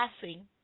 passing